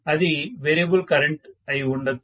అది variable current అయి ఉండొచ్చు